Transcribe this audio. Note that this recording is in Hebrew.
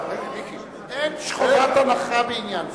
אין חובת הנחה בעניין זה.